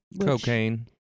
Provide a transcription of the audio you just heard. Cocaine